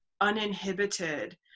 uninhibited